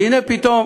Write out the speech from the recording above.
והנה, פתאום